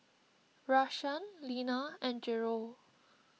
Rashaan Lena and Gerold